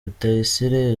rutayisire